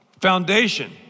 Foundation